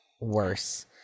worse